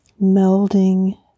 Melding